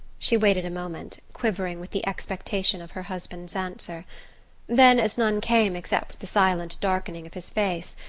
she waited a moment, quivering with the expectation of her husband's answer then, as none came except the silent darkening of his face,